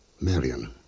Marion